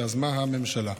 שיזמה הממשלה.